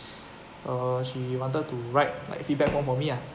uh she wanted to write like feedback form for me ah